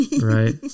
Right